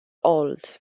old